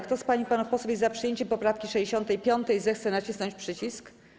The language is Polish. Kto z pań i panów posłów jest za przyjęciem poprawki 65., zechce nacisnąć przycisk.